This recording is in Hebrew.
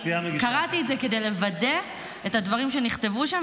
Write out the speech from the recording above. קראתי את זה כדי לוודא את הדברים שנכתבו שם,